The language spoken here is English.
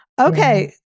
Okay